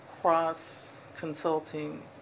cross-consulting